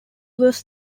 was